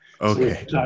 Okay